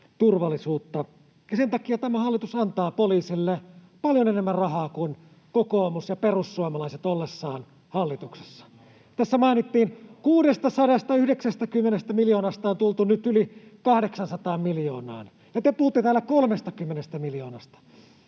ja sen takia tämä hallitus antaa poliisille paljon enemmän rahaa kuin kokoomus ja perussuomalaiset ollessaan hallituksessa. Tässä mainittiin, että 690 miljoonasta on nyt tultu yli 800 miljoonaan, ja te puhutte täällä 30 miljoonasta.